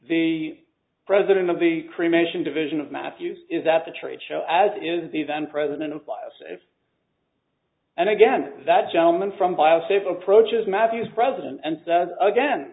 the president of the cremation division of matthews is that the trade show as it is the then president applies and again that gentleman from bio safe approaches mathews president and does again